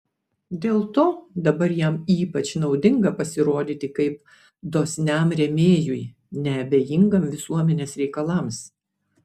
dėl to dabar jam ypač naudinga pasirodyti kaip dosniam rėmėjui neabejingam visuomenės reikalams